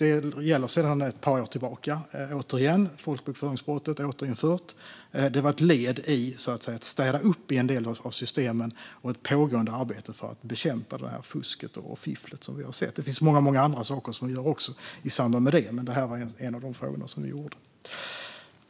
Det gäller återigen sedan ett par år tillbaka - folkbokföringsbrottet är återinfört. Det var ett led i att städa upp i en del av systemen och i ett pågående arbete för att bekämpa det fusk och det fiffel som vi har sett. Vi gör också många andra saker i samband med detta, men det här var en av de saker vi gjorde.